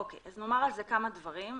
נאמר על זה כמה דברים.